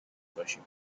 باشیم